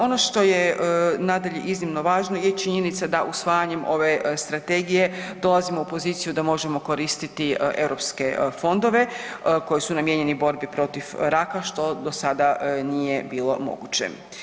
Ono što je nadalje iznimno važno je činjenica da usvajanjem ove strategije dolazimo u poziciju da možemo koristiti europske fondove koji su namijenjeni borbi protiv raka što do sada nije bilo moguće.